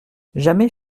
jamais